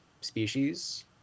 species